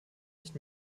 nicht